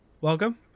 welcome